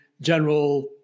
general